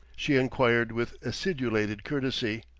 she inquired with acidulated courtesy.